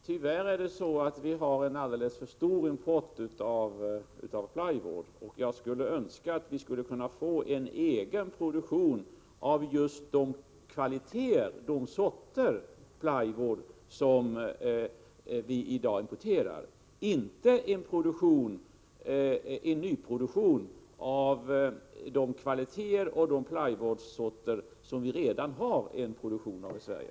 Herr talman! Tyvärr har vi en alldeles för stor import av plywood. Jag skulle önska att vi kunde få en egen produktion av just de kvaliteter och sorter av plywood som vi i dag importerar, inte en ny produktion av de kvaliteter och sorter som vi redan har produktion av i Sverige.